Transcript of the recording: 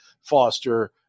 Foster